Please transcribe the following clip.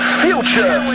future